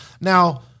Now